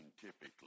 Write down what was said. typically